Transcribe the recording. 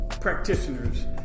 practitioners